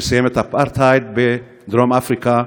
שסיים את האפטרהייד בדרום-אפריקה,